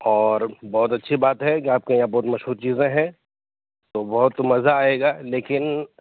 اور بہت اچھی بات ہے کہ آپ کے یہاں بہت مشہور چیزیں ہیں تو بہت مزہ آئے گا لیکن